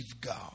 God